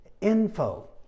info